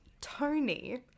tony